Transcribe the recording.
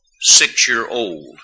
six-year-old